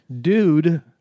Dude